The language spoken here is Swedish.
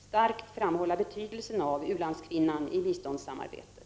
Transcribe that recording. starkt framhålla betydelsen av u-landskvinnan i biståndssamarbetet.